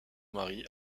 mari